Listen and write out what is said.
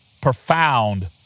profound